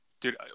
Dude